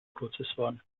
prozessoren